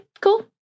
cool